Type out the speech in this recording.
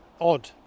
Odd